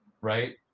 right